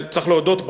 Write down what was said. צריך להודות בה,